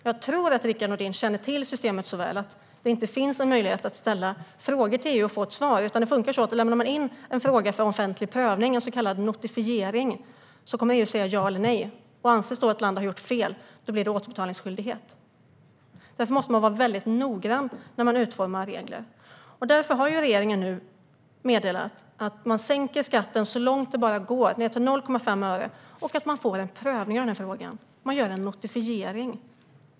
Jag tror att han känner till systemet så väl att han vet att det inte finns någon möjlighet att ställa frågor till EU och få ett svar. Lämnar man in en fråga för offentlig prövning, en så kallad notifiering, kommer EU att säga ja eller nej. Anses ett land ha gjort fel blir det återbetalningsskyldigt. Därför måste man vara mycket noggrann när man utformar regler. Därför har regeringen meddelat att man sänker skatten så mycket det går, ned till 0,5 öre, och att det ska ske en prövning av frågan. Man gör en notifiering.